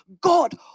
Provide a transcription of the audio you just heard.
God